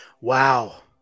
Wow